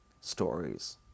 stories